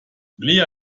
lea